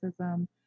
racism